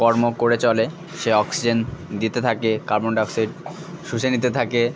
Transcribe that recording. কর্ম করে চলে সে অক্সিজেন দিতে থাকে কার্বন ডাইঅক্সাইড শুষে নিতে থাকে